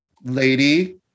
lady